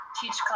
teach